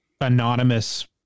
anonymous